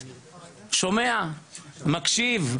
מקשיב,